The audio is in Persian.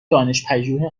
دانشپژوه